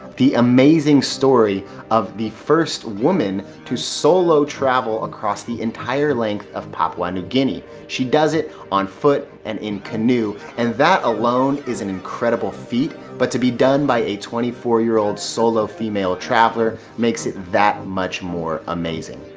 the amazing story of the first woman to solo travel across the entire length of papua new guinea. she does it on foot and in canoe, and that alone is an incredible feat. but to be done by a twenty four year old solo female traveler makes it that much more amazing.